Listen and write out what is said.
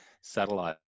satellite